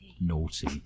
naughty